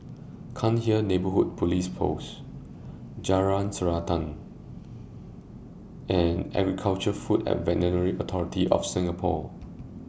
Cairnhill Neighbourhood Police Post Jalan Srantan and Agri Food and Veterinary Authority of Singapore